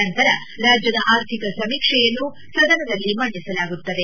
ನಂತರ ರಾಜ್ಯದ ಆರ್ಥಿಕ ಸಮೀಕ್ಷೆಯನ್ನು ಸದನದಲ್ಲಿ ಮಂಡಿಸಲಾಗುತ್ತದೆ